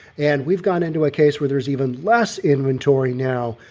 and we've gotten into a case where there's even less inventory. now,